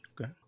Okay